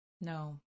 No